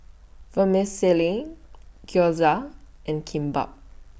Vermicelli Gyoza and Kimbap